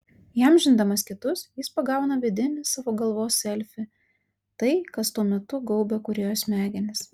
įamžindamas kitus jis pagauna vidinį savo galvos selfį tai kas tuo metu gaubia kūrėjo smegenis